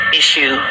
issue